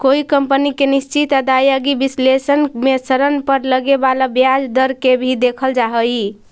कोई कंपनी के निश्चित आदाएगी विश्लेषण में ऋण पर लगे वाला ब्याज दर के भी देखल जा हई